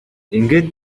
ингээд